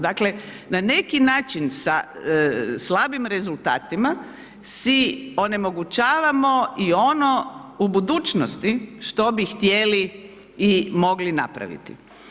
Dakle, na neki način sa slabim rezultatima si onemogućavamo i ono u budućnosti što bi htjeli i mogli napraviti.